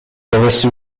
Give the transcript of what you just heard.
dovesse